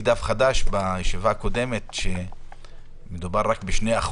"דף חדש" אמר בישיבה הקודמת שמדובר רק ב-2%.